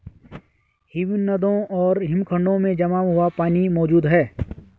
हिमनदों और हिमखंडों में जमा हुआ पानी मौजूद हैं